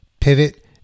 pivot